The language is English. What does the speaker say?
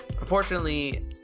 Unfortunately